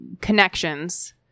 connections